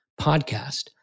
podcast